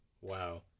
Wow